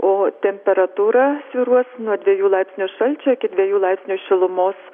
o temperatūra svyruos nuo dviejų laipsnių šalčio iki dviejų laipsnių šilumos